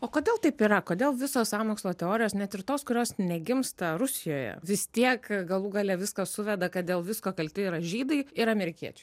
o kodėl taip yra kodėl visos sąmokslo teorijos net ir tos kurios negimsta rusijoje vis tiek galų gale viską suveda kad dėl visko kalti yra žydai ir amerikiečiai